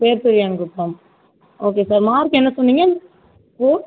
பேர்பெரியான் Kuppam okay sir mark என்ன சொன்னிங்க four